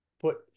put